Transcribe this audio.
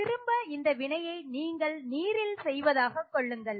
திரும்ப இந்த வினையை நீங்கள் நீரில் செய்வதாக கொள்ளுங்கள்